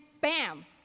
bam